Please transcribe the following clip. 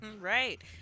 right